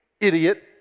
idiot